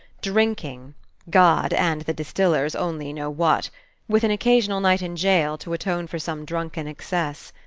drinking god and the distillers only know what with an occasional night in jail, to atone for some drunken excess.